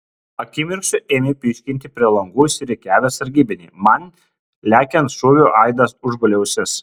akimirksniu ėmė pyškinti prie langų išsirikiavę sargybiniai man lekiant šūvių aidas užgulė ausis